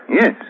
Yes